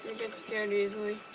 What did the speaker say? get scared easily,